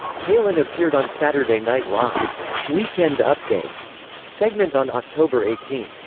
palin appeared on saturday night live's weekend update segment on october eighteen.